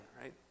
right